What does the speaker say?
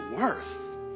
worth